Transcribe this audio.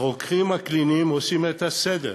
הרוקחים הקליניים עושים את הסדר.